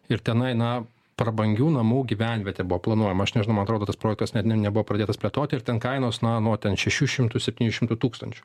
ir tenai na prabangių namų gyvenvietė buvo planuojama aš nežinau man atrodo tas projektas net nebuvo pradėtas plėtoti ir ten kainos na nuo ten šešių šimtų septynių šimtų tūkstančių